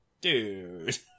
dude